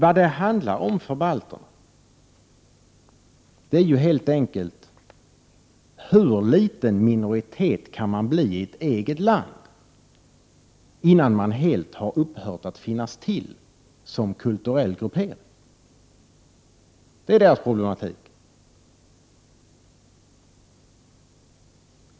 Vad det handlar om för balterna är ju helt enkelt hur liten en minoritet kan bli i det egna landet innan den helt har upphört att finnas till som kulturell gruppering. Det är deras problematik.